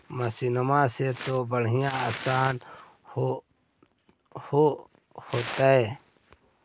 मसिनमा से तो बढ़िया आसन हो होतो?